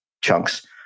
chunks